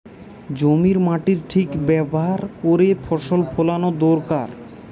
জমির মাটির ঠিক ব্যাভার কোরে ফসল ফোলানো দোরকার